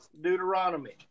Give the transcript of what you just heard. Deuteronomy